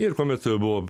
ir kuomet buvo